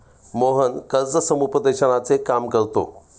मोहन कर्ज समुपदेशनाचे काम करतो